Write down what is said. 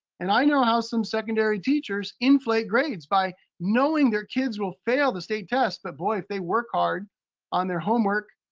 and i know how some secondary teachers inflate grades by knowing their kids will fail the state test. but boy, if they work hard on their homework,